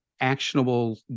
actionable